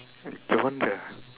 around the